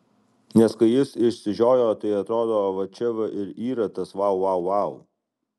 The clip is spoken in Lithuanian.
nes kai jis išsižiojo tai atrodo va čia ir yra tas vau vau vau